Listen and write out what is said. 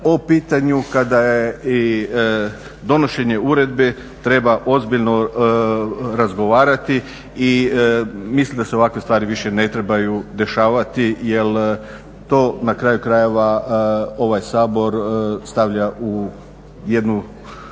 o pitanju kada je i donošenje uredbe treba ozbiljno razgovarati i mislim da se ovakve stvari više ne trebaju dešavati jer to na kraju krajeva ovaj Sabor stavlja u jednu